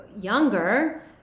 younger